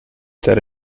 tes